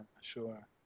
sure